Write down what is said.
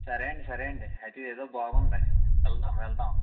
సరే అండీ సరే అండీ అయితే ఇదేదో బాగుంది వెళదాం వెళదాం